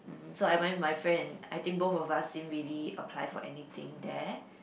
mm so I went with my friend and I think both of us didn't really apply for anything there